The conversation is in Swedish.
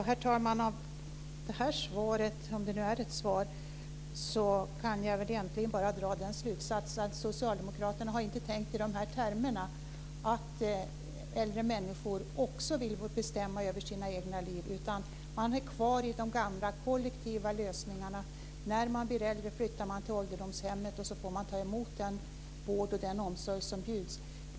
Herr talman! Av det här svaret - om det nu är ett svar - kan jag egentligen bara dra den slutsatsen att socialdemokraterna inte har tänkt i de termerna att äldre människor också vill bestämma över sina egna liv. Socialdemokraterna är kvar i de gamla kollektiva lösningarna. När man blir äldre flyttar man till ålderdomshemmet och så får man ta emot den vård och den omsorg som bjuds.